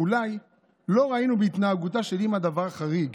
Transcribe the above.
אולי לא ראינו בהתנהגותה של אימא דבר חריג,